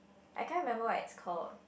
I can't remember what it's called